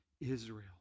Israel